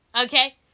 Okay